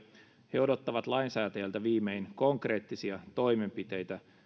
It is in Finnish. he odottavat lainsäätäjältä viimein konkreettisia toimenpiteitä